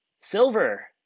Silver